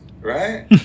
right